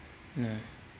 mm